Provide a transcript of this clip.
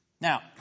Now